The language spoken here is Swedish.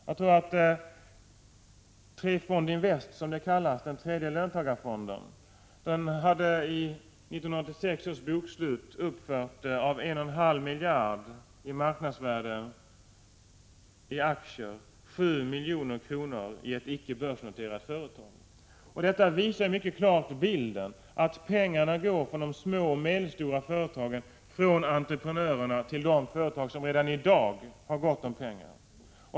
Jag tror att Trefond Invest, den tredje löntagarfonden, i 1986 års bokslut hade uppfört av 1,5 miljarder i marknadsvärde för aktier 7 milj.kr. i ett icke börsnoterat företag. Det visar mycket klart bilden: pengarna går från de små och medelstora företagen och från entreprenörerna till de företag som redan i dag har gott om pengar.